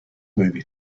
movie